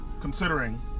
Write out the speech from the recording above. considering